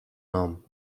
nom